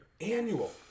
Annual